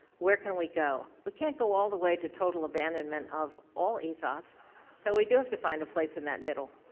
where can we go? we can't go all the way to total abandonment of all ethos so we do have to find a place in that middle,